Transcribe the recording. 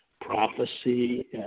prophecy